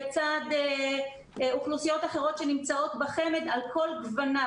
לצד אוכלוסיות אחרות שנמצאות בחמ"ד על כל גווניו.